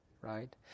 right